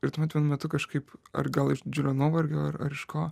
ir tuomet vienu metu kažkaip ar gal iš didžiulio nuovargio ar iš ko